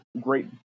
great